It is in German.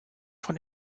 von